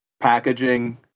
packaging